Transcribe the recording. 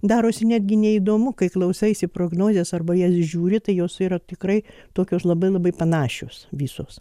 darosi netgi neįdomu kai klausaisi prognozės arba į jas žiūri tai jos yra tikrai tokios labai labai panašios visos